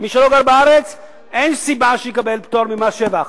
מי שלא גר בארץ אין סיבה שיקבל פטור ממס שבח.